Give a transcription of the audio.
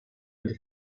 und